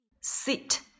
Sit